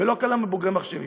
ולא כולם הם בוגרי מחשבים.